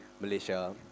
Malaysia